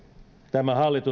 ja